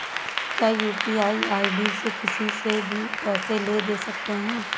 क्या UPI ID से किसी से भी पैसे ले दे सकते हैं?